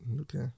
Okay